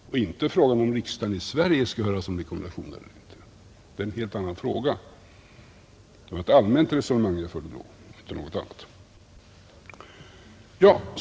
Det är inte fråga om riksdagen i Sverige skall höras om rekommendationer eller inte — det är en helt annan fråga. Jag förde ett allmänt resonemang och inte något annat.